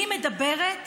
אני מדברת